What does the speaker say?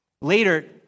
Later